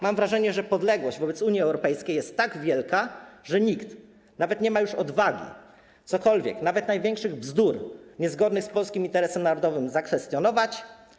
Mam wrażenie, że podległość wobec Unii Europejskiej jest tak wielka, że nikt nie ma już odwagi czegokolwiek, nawet największych bzdur niezgodnych z polskim interesem narodowym, zakwestionować.